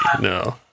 no